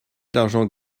d’argent